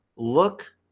Look